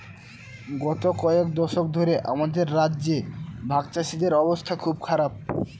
গত কয়েক দশক ধরে আমাদের রাজ্যে ভাগচাষীদের অবস্থা খুব খারাপ